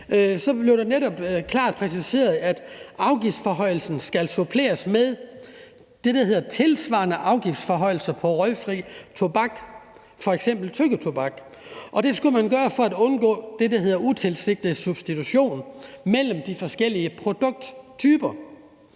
så blev det netop klart præciseret, at afgiftsforhøjelsen skal suppleres med det, der hedder tilsvarende afgiftsforhøjelser på røgfri tobak, f.eks. tyggetobak, og det skulle man gøre for at undgå det, der hedder utilsigtet substitution mellem de forskellige produkttyper.